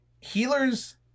healers